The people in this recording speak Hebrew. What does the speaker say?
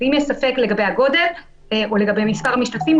ואם יש ספק לגבי הגודל או לגבי מספר המשתתפים,